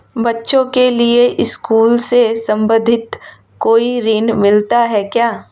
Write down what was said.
बच्चों के लिए स्कूल से संबंधित कोई ऋण मिलता है क्या?